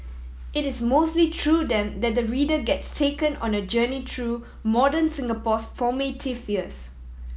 it is mostly through them that the reader gets taken on a journey through modern Singapore's formative years